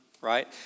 right